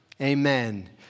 Amen